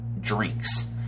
drinks